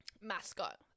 mascot